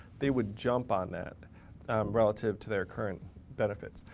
they would jump on that relative to their current benefits.